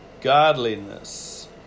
godliness